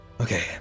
Okay